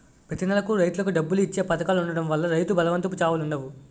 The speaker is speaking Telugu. ప్రతి నెలకు రైతులకు డబ్బులు ఇచ్చే పధకాలు ఉండడం వల్ల రైతు బలవంతపు చావులుండవు